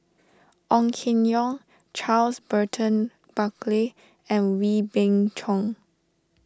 Ong Keng Yong Charles Burton Buckley and Wee Beng Chong